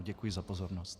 Děkuji za pozornost.